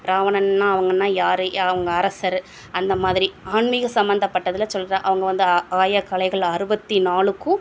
ராவணன்னா அவங்கன்னா யார் அவங்க அரசர் அந்த மாதிரி ஆன்மீக சம்மந்தப்பட்டதில் சொல்கிறேன் அவங்க வந்து ஆயக்கலைகள் அறுபத்தி நாலுக்கும்